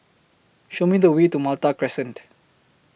Show Me The Way to Malta Crescent